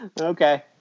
okay